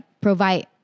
provide